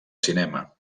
cinema